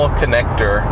connector